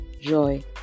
joy